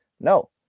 No